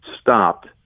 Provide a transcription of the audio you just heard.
stopped